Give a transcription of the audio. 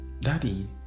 Daddy